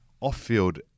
off-field